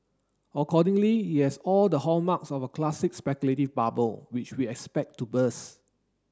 accordingly it has all the hallmarks of a classic speculative bubble which we expect to burst